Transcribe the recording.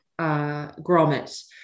grommet